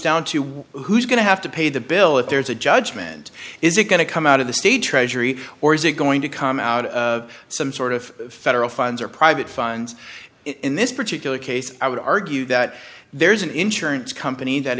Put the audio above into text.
down to one who's going to have to pay the bill if there's a judgment is it going to come out of the state treasury or is it going to come out of some sort of federal funds or private funds in this particular case i would argue that there's an insurance company that